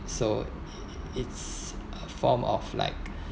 so it's a form of like